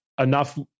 enough